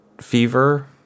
fever